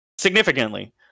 Significantly